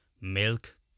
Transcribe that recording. milk